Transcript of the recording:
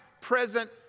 present